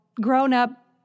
grown-up